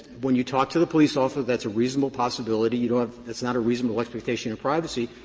when you talk to the police officer, that's a reasonable possibility. you don't have it's not a reasonable expectation of privacy,